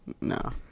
no